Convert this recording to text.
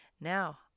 Now